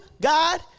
God